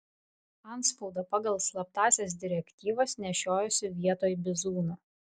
antspaudą pagal slaptąsias direktyvas nešiojosi vietoj bizūno